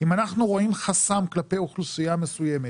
אם אנחנו רואים חסם כלפי אוכלוסייה מסוימת